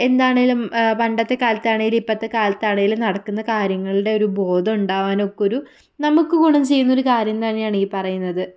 എന്താണെങ്കിലും പണ്ടത്തെ കാലത്താണെങ്കിലും ഇപ്പോഴത്തെ കാലത്താണെങ്കിലും നടക്കുന്ന കാര്യങ്ങളുടെ ഒരു ബോധം ഉണ്ടാക്കാനൊക്കെയൊരു നമുക്ക് ഗുണം ചെയ്യുന്ന ഒരു കാര്യം തന്നെ ആണ് ഈ പറയുന്നത്